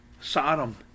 Sodom